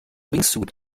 wingsuit